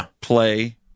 play